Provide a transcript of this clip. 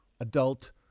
adult